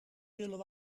zullen